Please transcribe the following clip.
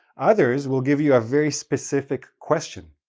others will give you a very specific question,